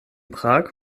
prag